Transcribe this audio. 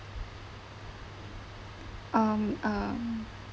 um uh